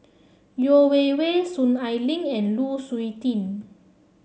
Yeo Wei Wei Soon Ai Ling and Lu Suitin